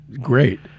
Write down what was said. great